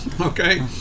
Okay